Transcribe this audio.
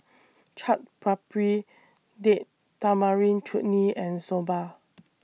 Chaat Papri Date Tamarind Chutney and Soba